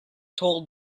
told